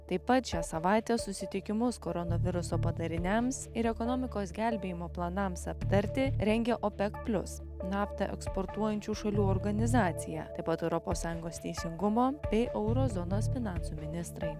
taip pat šią savaitę susitikimus koronaviruso padariniams ir ekonomikos gelbėjimo planams aptarti rengia opec plius naftą eksportuojančių šalių organizacija taip pat europos sąjungos teisingumo bei euro zonos finansų ministrai